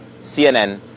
CNN